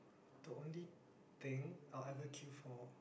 the only thing I will ever queue for